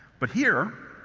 but here,